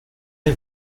est